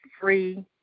free